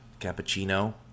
cappuccino